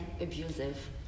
abusive